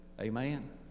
amen